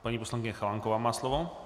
Paní poslankyně Chalánková má slovo.